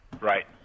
right